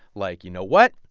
like, you know what,